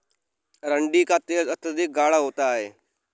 अरंडी का तेल अत्यधिक गाढ़ा होता है